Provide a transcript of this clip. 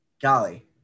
golly